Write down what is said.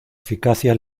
eficacia